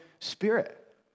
spirit